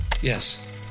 Yes